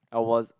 I was